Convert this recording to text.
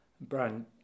Brian